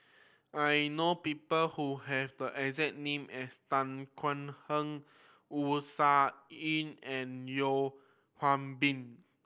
I know people who have the exact name as Tan Thuan Heng Wu Tsai Yen and Yeo Hwee Bin